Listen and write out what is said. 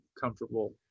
comfortable